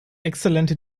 exzellente